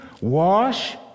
wash